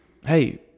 Hey